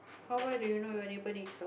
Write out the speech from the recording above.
how well do you know your neighbours next door